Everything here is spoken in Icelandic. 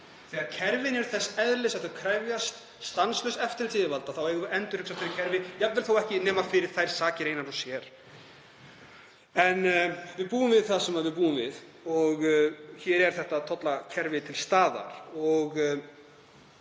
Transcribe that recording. Þegar kerfin eru þess eðlis að þau krefjast stanslauss eftirlits yfirvalda eigum við að endurreisa þau kerfi, jafnvel ekki nema fyrir þær sakir einar og sér. En við búum við það sem við búum við. Hér er þetta tollakerfi til staðar og